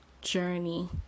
journey